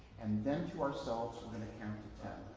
and then to ourselves we're going to count to ten.